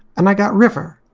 and i got river.